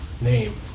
name